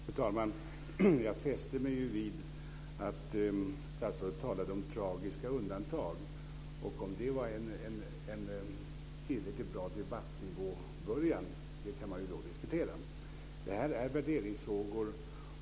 Fru talman! Jag fäste mig vid att statsrådet talade om tragiska undantag. Om det var en tillräckligt bra början på debattnivån kan man diskutera. Detta är värderingsfrågor.